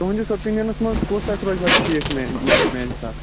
تُہٕنٛدِس اوپیٖنِیَنَس منٛز کُس اَکھ روزِ حظ ٹھیٖک میٛانہِ مےٚ میانہِ حِساب